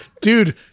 dude